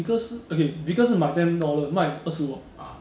vickers 是 okay vickers 是买 ten dollar 卖二十五啊